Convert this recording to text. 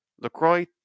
Lacroix